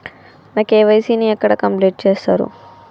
నా కే.వై.సీ ని ఎక్కడ కంప్లీట్ చేస్తరు?